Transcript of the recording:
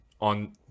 on